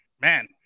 man